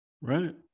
right